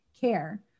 CARE